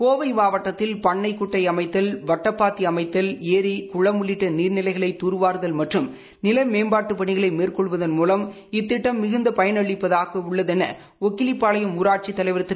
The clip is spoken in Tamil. கோவை மாவட்டத்தில் பன்னைக்குட்டை அமைத்தல் வட்டப்பாத்தி அமைத்தல் ஏரி குளம் உள்ளிட்ட நீர்நிலைகளை துர்வாருதல் மற்றும் நில மேம்பாட்டுப் பணிகளை மேற்கொள்வதன் மூலம் இத்திட்டம் மிகுந்த பயன் அளிப்பதாக உள்ளதென ஒக்கிலிப்பாளையம் ஊராட்சித் தலைவர் திரு